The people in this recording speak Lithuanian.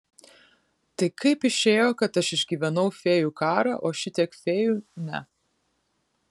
tai kaip išėjo kad aš išgyvenau fėjų karą o šitiek fėjų ne